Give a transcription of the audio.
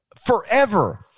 forever